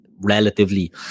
relatively